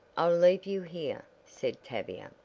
i'll leave you here, said tavia,